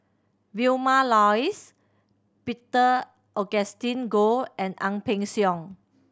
Vilma Laus Peter Augustine Goh and Ang Peng Siong